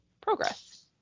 progress